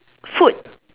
food